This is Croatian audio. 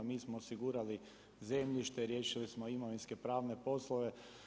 Mi smo osigurali zemljište, riješili smo imovinske pravne poslove.